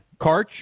Karch